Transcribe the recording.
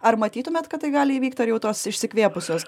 ar matytumėt kad tai gali įvykt ar jau tos išsikvėpusios